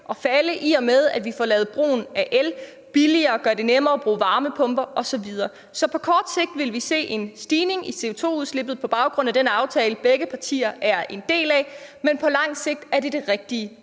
at falde, i og med at vi får lavet brugen af el billigere og gør det nemmere at bruge varmepumper osv. Så på kort sigt vil vi se en stigning i CO2-udslippet på baggrund af den aftale, begge partier er en del af, men på lang sigt er det det rigtige